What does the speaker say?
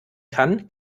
kann